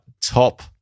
top